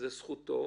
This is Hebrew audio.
וזאת זכותו,